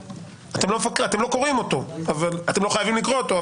אתם לא חייבים לקרוא אותו,